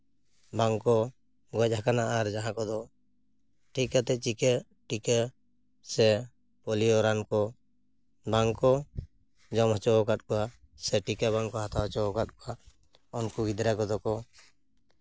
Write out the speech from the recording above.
ᱵᱟᱝᱠᱚ ᱜᱚᱡ ᱠᱟᱱᱟ ᱟᱨ ᱡᱟᱦᱟᱸ ᱠᱚᱫᱚ ᱪᱤᱠᱟᱹᱛᱮ ᱴᱤᱠᱟᱹ ᱴᱤᱠᱟᱹ ᱥᱮ ᱯᱳᱞᱤᱭᱚ ᱨᱟᱱᱠᱚ ᱵᱟᱝᱠᱚ ᱡᱚᱢ ᱦᱚᱪᱚ ᱠᱟᱜ ᱠᱚᱣᱟ ᱥᱮ ᱴᱤᱠᱟ ᱵᱟᱝ ᱠᱚ ᱦᱟᱛᱟᱣ ᱦᱚᱪᱚ ᱠᱟᱜ ᱠᱚᱣᱟ ᱩᱱᱠᱩ ᱜᱤᱫᱽᱨᱟᱹ ᱠᱚᱫᱚ ᱠᱚ